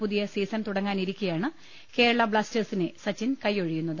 പുതിയ സീസൺ തുടങ്ങാനിരിക്കെയാണ് കേരള ബ്ലാസ്റ്റേഴ്സിനെ സച്ചിൻ കൈയ്യൊഴിയുന്നത്